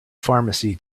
pharmacy